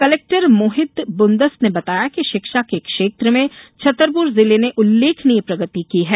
collector Mohit Bundas ने बताया कि शिक्षा के क्षेत्र में छतरपुर जिले ने उल्लेखनीय प्रगति की है